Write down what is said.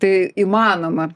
tai įmanoma